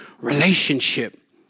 relationship